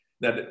Now